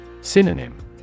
Synonym